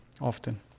often